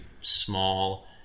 small